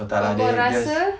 oh tak lah they just